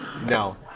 No